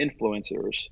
influencers